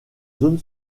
zone